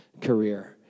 career